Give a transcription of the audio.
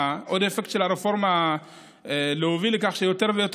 עוד אפקט של הרפורמה הוביל לכך שיותר ויותר